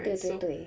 对对对